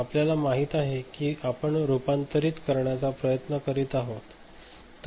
आपल्याला माहिती आहे की आपण रूपांतरित करण्याचा प्रयत्न करीत आहोत